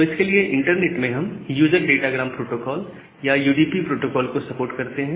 तो इसके लिए इंटरनेट में हम यूजर डाटा ग्राम प्रोटोकॉल या यू डीपी प्रोटोकॉल को सपोर्ट करते हैं